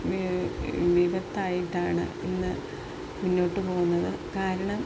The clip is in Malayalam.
വിപത്തായിട്ടാണ് ഇന്ന് മുന്നോട്ട് പോകുന്നത് കാരണം